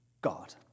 God